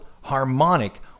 harmonic